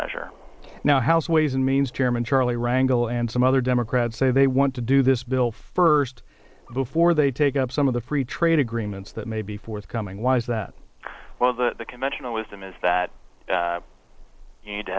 measure now house ways and means chairman charlie rangle and some other democrats say they want to do this bill first before they take up some of the free trade agreements that may be forthcoming was that well the conventional wisdom is that you need to